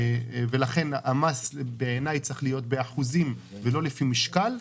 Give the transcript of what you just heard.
לדעתי המס צריך להיות באחוזים ולא לפי משקל.